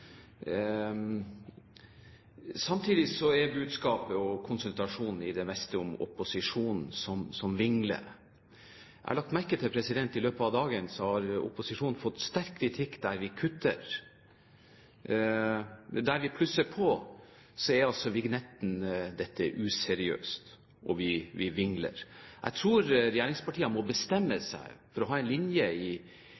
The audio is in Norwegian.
Samtidig er budskapet, og konsentrasjonen, for det meste om opposisjonen som «vingler». Jeg har lagt merke til at i løpet av dagen har opposisjonen fått sterk kritikk der vi kutter. Der vi plusser på, er altså vignetten: Dette er useriøst. Vi vingler. Jeg tror regjeringspartiene må bestemme